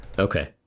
Okay